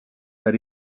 that